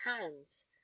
hands